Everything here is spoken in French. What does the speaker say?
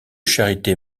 charité